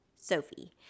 Sophie